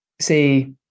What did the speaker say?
say